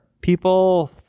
people